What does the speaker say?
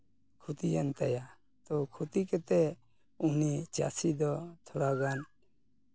ᱠᱷᱚᱛᱤᱭᱮᱱ ᱛᱟᱭᱟ ᱛᱚ ᱠᱷᱚᱛᱤ ᱠᱟᱛᱮ ᱩᱱᱤ ᱪᱟᱹᱥᱤ ᱫᱚ ᱛᱷᱚᱲᱟᱜᱟᱱ